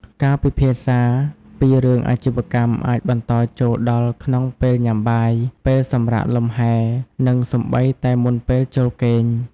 ការពិភាក្សាពីរឿងអាជីវកម្មអាចបន្តចូលដល់ក្នុងពេលញ៉ាំបាយ ពេលសម្រាកលំហែ និងសូម្បីតែមុនពេលចូលគេង។